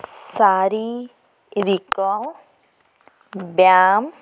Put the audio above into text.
ଶାରୀରିକ ବ୍ୟାୟାମ